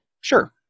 Sure